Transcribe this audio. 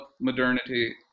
modernity